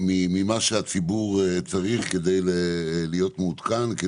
ממה שהציבור צריך כדי להיות מעודכן.